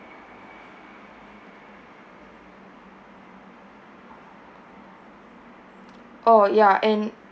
oh ya and